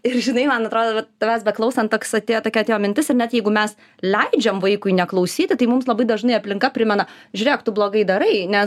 ir žinai man atrodo vat tavęs beklausant toks atėjo tokia atėjo mintis ir net jeigu mes leidžiam vaikui neklausyti tai mums labai dažnai aplinka primena žiūrėk tu blogai darai nes